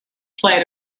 played